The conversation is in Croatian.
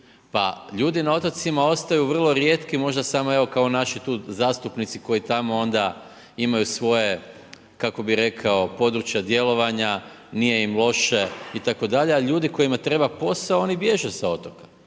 Pa ljudi na otocima ostaju vrlo rijetki, možda samo evo, kao naši tu zastupnici koji tamo onda imaju svoje, kako bi rekao, područja djelovanja, nije im loše itd., a ljudi kojima treba posao oni bježe sa otoka.